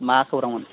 मा खौरांमोन